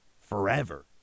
forever